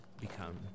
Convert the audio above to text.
become